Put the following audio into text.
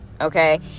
Okay